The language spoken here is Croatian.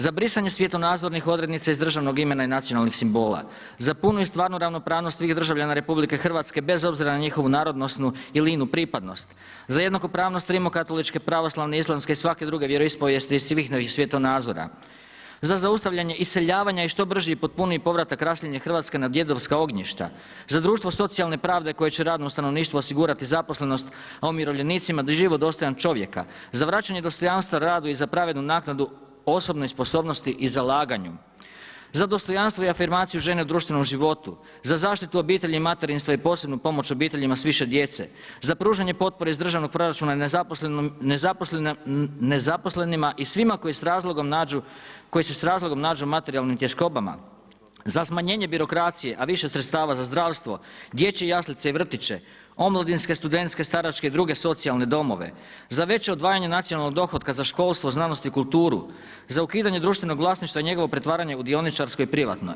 Za brisanje svjetonazornih odrednica iz državnog imena i nacionalnih simbola, za punu i stvarnu ravnopravnost svih državljana RH bez obzira na njihovu narodnosnu ili inu pripadnost, za jednakopravnost Rimokatoličke pravoslavne, islamske i svake druge vjeroispovijesti svih svjetonazora, za zaustavljanje iseljavanja i što brži i potpuniji povratak raseljene Hrvatske na djedovska ognjišta, za društvo socijalne pravde koje će radnom stanovništvu osigurati zaposlenost a umirovljenicima život dostojan čovjeka, za vraćanje dostojanstva radu i za pravednu naknadu osobnoj sposobnosti i zalaganju, za dostojanstvo i afirmaciju žene u društvenom životu, za zaštitu obitelji, materinstva i posebnu pomoć obiteljima s više djece, za pružanje potpore iz državnog proračuna nezaposlenima i svima koji se s razlogom nađu u materijalnim tjeskobama, za smanjenje birokracije a više sredstava za zdravstvo, dječje jaslice i vrtiće, omladinske, studentske i staračke i druge socijalne domove, za veća odvajanja nacionalnog dohotka za školstvo, znanost i kulturu, za ukidanje društvenog vlasništva i njegovo pretvaranje u dioničarko i privatno.